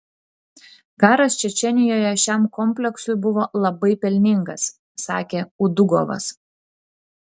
karas čečėnijoje šiam kompleksui buvo labai pelningas sakė udugovas